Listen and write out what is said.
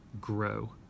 grow